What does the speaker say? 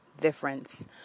difference